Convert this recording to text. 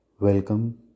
Welcome